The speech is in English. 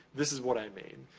this is what i mean.